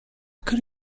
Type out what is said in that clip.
could